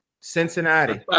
Cincinnati